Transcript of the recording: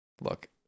Look